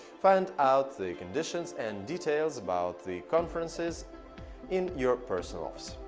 find out the conditions and details about the conferences in your personal office.